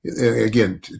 again